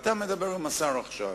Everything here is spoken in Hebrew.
אתה מדבר עכשיו עם השר.